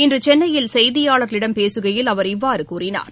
இன்று சென்னையில் செய்தியாளர்களிடம் பேசுகையில் அவர் இவ்வாறு கூறினார்